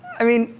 i mean,